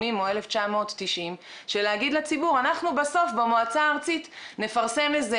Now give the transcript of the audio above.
או 1990 של להגיד לציבור: אנחנו בסוף במועצה הארצית נפרסם איזה